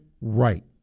right